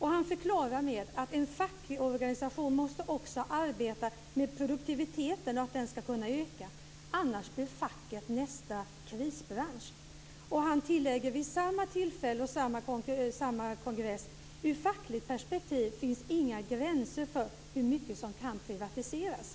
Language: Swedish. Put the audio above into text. Han förklarar med att en facklig organisation också måste arbeta med produktiviteten så att den ska kunna öka. Annars blir facket nästa krisbransch. Han tillägger vid samma tillfälle och samma kongress: Ur fackligt perspektiv finns inga gränser för hur mycket som kan privatiseras.